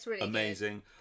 amazing